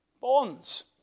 bonds